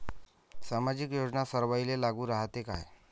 सामाजिक योजना सर्वाईले लागू रायते काय?